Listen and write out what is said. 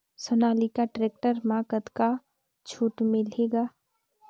Sonalika tractor म कतका छूट मिलही ग?